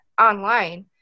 online